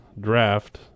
draft